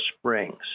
Springs